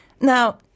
Now